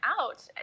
out